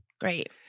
great